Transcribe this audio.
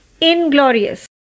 inglorious